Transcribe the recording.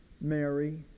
Mary